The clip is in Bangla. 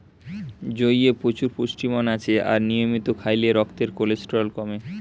জইয়ে প্রচুর পুষ্টিমান আছে আর নিয়মিত খাইলে রক্তের কোলেস্টেরল কমে